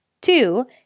Two